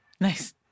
Nice